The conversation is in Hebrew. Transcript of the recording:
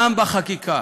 גם בחקיקה,